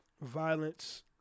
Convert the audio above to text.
violence